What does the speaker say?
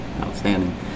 Outstanding